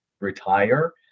retire